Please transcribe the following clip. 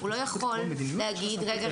הוא לא יכול להגיד: רגע,